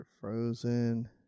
frozen